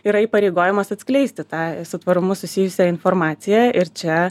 yra įpareigojimas atskleisti tą su tvarumu susijusią informaciją ir čia